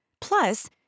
Plus